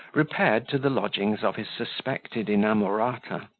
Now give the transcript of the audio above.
repaired to the lodgings of his suspected inamorata.